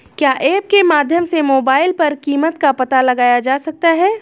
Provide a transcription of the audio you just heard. क्या ऐप के माध्यम से मोबाइल पर कीमत का पता लगाया जा सकता है?